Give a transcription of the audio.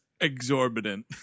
Exorbitant